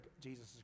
Jesus